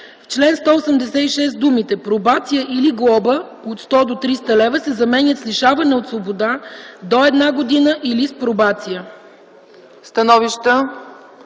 В чл. 186 думите „пробация или глоба от 100 до 300 лв.” се заменят с „лишаване от свобода до една година или с пробация”.”